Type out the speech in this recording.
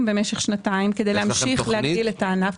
במשך שנתיים כדי להמשיך להגדיל את הענף.